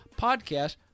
podcast